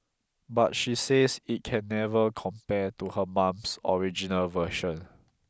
but she says it can never compare to her mum's original version